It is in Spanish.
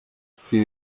sin